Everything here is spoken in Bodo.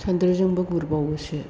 सान्द्रिजोंबो गुरबावोसो